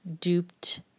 duped